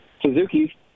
Suzuki